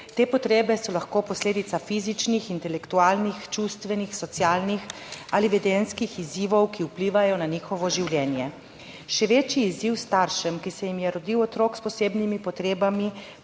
Te potrebe so lahko posledica fizičnih, intelektualnih, čustvenih, socialnih ali vedenjskih izzivov, ki vplivajo na njihovo življenje. Še večji izziv staršem, ki se jim je rodil otrok s posebnimi potrebami,